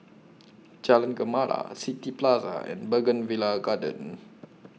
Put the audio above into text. Jalan Gemala City Plaza and Bougainvillea Garden